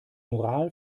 moral